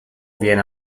viene